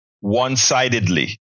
one-sidedly